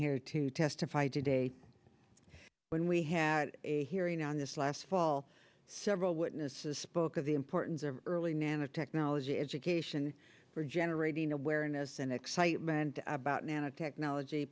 here to testify today when we had a hearing on this last fall several witnesses spoke of the importance of early nanotechnology education for generating awareness and excitement about nanotechnology